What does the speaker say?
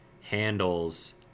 handles